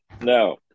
No